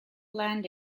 land